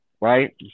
Right